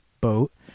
boat